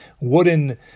wooden